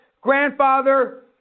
grandfather